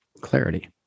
clarity